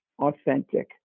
authentic